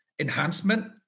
enhancement